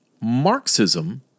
Marxism